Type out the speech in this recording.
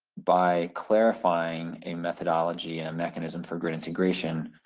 by clarifying a methodology and a mechanism for grid integration,